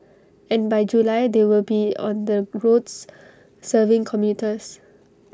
and by July they will be on the roads serving commuters